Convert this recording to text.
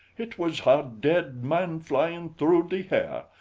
hit was ha dead man flyin' through the hair.